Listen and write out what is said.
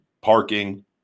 parking